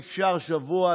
אי אפשר השבוע,